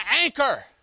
anchor